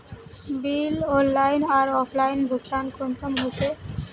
Bill online आर offline भुगतान कुंसम होचे?